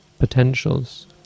potentials